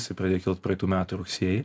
jisai pradėjo kilt praeitų metų rugsėjį